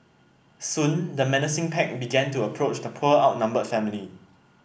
soon the menacing pack began to approach the poor outnumbered family